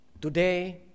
Today